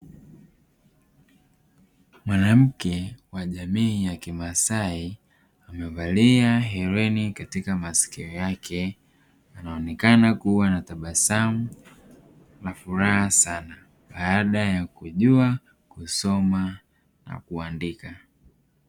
Mwanamke wa jamii ya kimasai amevalia hereni katika masikio yake, anaonekana kuwa na tabasamu la furaha sana baada ya kujua kusoma na kuandika.